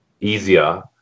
easier